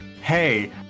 hey